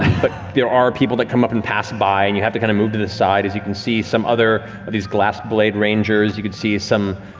but there are people that come up and pass by and you have to kind of move to the side as you can see some other of these glassblade rangers, you can see some